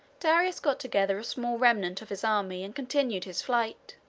darius got together a small remnant of his army and continued his flight.